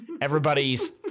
everybody's